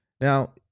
Now